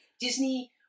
Disney